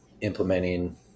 implementing